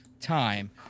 time